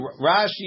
Rashi